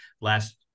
last